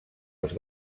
els